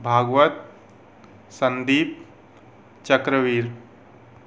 Bhagavat Sandeep Chakraveer